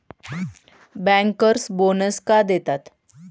Bankers bonus का देतात?